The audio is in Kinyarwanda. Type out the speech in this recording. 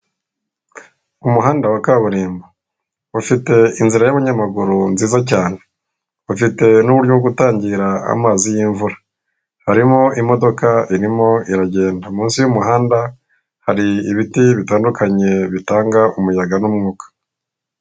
Umuhanda wa kaburimbo, ufite inzira y'abanyamaguru nziza cyane, ufite n'uburyo bwo gutangira amazi y'imvura. Harimo imodoka irimo iragenda, munsi y'umuhanda hari ibiti bitandukanye bitanga umuyaga n'umwuka.